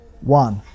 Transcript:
one